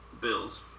Bills